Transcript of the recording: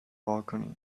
balcony